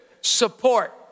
support